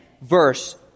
verse